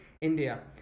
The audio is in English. India